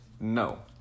No